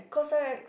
CosRX